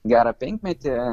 gerą penkmetį